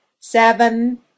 seven